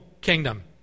kingdom